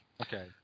Okay